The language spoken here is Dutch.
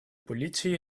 politie